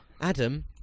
Adam